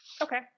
Okay